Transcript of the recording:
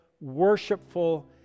worshipful